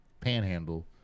panhandle